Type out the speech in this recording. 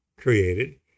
created